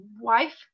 wife